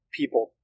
people